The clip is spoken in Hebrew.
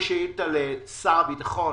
שלחתי שאילתה לשר הביטחון